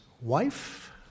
wife